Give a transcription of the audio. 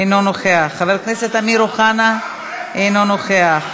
אינו נוכח, חבר הכנסת אמיר אוחנה, אינו נוכח.